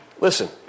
Listen